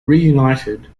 reunited